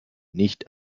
nicht